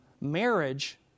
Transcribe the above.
Marriage